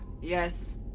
Yes